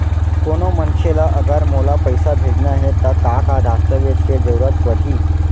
कोनो मनखे ला अगर मोला पइसा भेजना हे ता का का दस्तावेज के जरूरत परही??